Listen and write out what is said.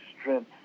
strength